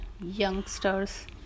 youngsters